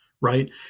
right